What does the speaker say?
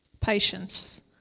patience